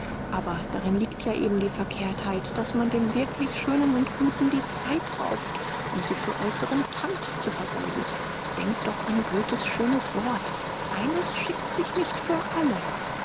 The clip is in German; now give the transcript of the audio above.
aber darin liegt ja eben die verkehrtheit daß man dem wirklich schönen und guten die zeit raubt um sie für äußeren tand zu vergeuden denkt doch an göthe's schönes wort eines schickt sich nicht für alle